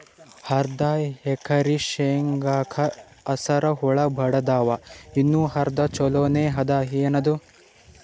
ಅರ್ಧ ಎಕರಿ ಶೇಂಗಾಕ ಹಸರ ಹುಳ ಬಡದಾವ, ಇನ್ನಾ ಅರ್ಧ ಛೊಲೋನೆ ಅದ, ಏನದು?